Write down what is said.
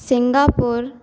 Singapore